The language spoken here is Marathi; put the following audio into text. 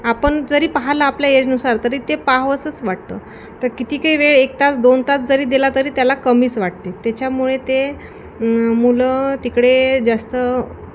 आपण जरी पाहिला आपल्या एजनुसार तरी ते पाहावसंच वाटतं तर कितीकही वेळ एक तास दोन तास जरी दिला तरी त्याला कमीच वाटते त्याच्यामुळे ते मुलं तिकडे जास्त